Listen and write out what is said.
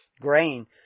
grain